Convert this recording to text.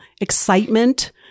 excitement